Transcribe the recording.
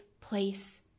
place